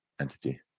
entity